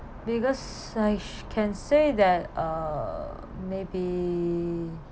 biggest I s~ can say that uh maybe